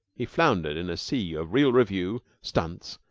he floundered in a sea of real revue, stunts,